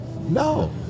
No